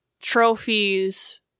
trophies